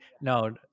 No